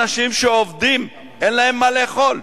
אנשים שעובדים אין להם מה לאכול,